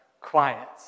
quiet